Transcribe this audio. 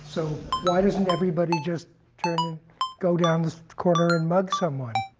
so why doesn't everybody just turn and go down the corner and mug someone?